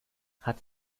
hatte